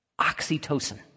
oxytocin